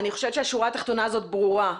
אני חושבת שהשורה התחתונה הזאת ברורה.